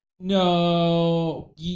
No